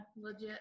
legit